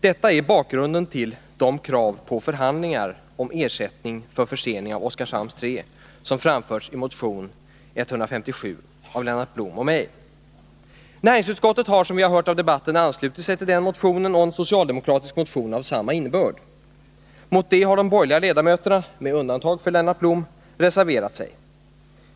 Det är bakgrunden till de krav på förhandlingar om ersättning för förseningen av Oskarshamn 3 som framförts i motion 157 av Lennart Blom och mig. Näringsutskottet har, som vi har hört av debatten, anslutit sig till den motionen och till en socialdemokratisk motion av samma innebörd. Mot det har de borgerliga ledamöterna, med undantag för Lennart Blom, reserverat sig.